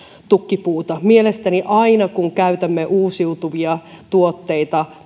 tukkipuuta mielestäni aina kun käytämme uusiutuvia tuotteita